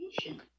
patient